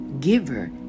giver